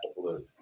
blue